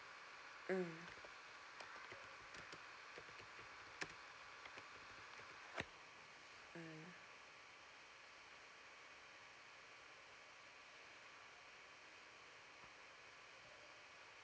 mm